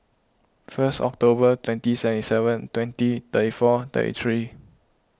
first October twenty seventy seven twenty thirty four thirty three